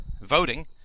voting